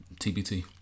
TBT